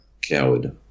coward